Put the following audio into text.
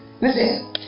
Listen